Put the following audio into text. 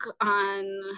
on